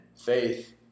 faith